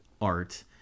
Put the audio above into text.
art